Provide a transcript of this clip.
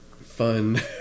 fun